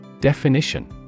Definition